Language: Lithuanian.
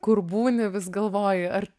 kur būni vis galvoji ar